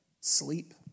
sleep